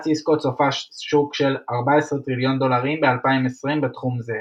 סיסקו צופה שוק של 14 טריליון דולרים ב-2020 בתחום זה.